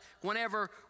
whenever